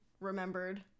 remembered